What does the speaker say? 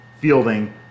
fielding